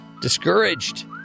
discouraged